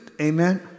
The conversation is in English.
Amen